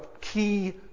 key